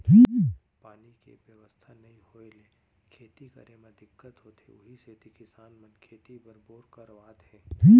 पानी के बेवस्था नइ होय ले खेती करे म दिक्कत होथे उही सेती किसान मन खेती बर बोर करवात हे